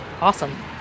awesome